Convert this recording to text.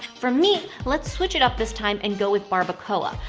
for meat, let's switch it up this time and go with barbacoa.